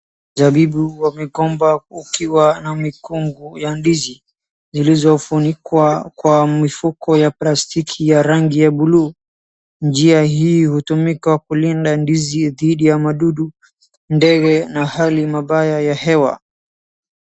Jaribu wa migomba ukiwa na mikungu ya ndizi, zilizofunikwa kwa mifuko ya plastiki ya rangi ya blue . Njia hii hutumika kulinda ndizi dhidi ya madudu, ndege na hali mabaya ya hewa.